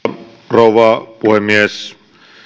rouva puhemies